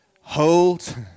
hold